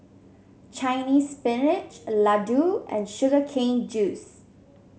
Chinese Spinach laddu and Sugar Cane Juice